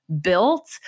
built